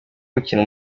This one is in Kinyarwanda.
gukina